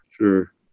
Sure